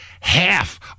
half